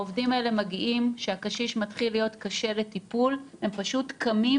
העובדים האלה מגיעים כשהקשיש מתחיל להיות קשה לטיפול והם פשוט קמים